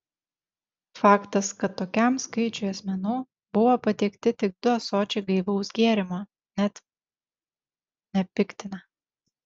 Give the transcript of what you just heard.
faktas kad tokiam skaičiui asmenų buvo patiekti tik du ąsočiai gaivaus gėrimo net nepiktina